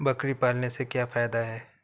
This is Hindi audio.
बकरी पालने से क्या फायदा है?